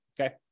okay